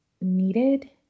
needed